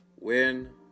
win